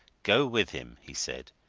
go with him! he said.